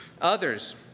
others